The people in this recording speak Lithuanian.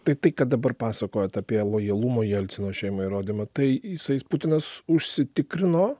tai tai ką dabar pasakojat apie lojalumo jelcino šeimai įrodymą tai jisai putinas užsitikrino